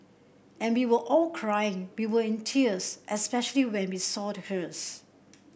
and we were all crying we were in tears especially when we saw the hearse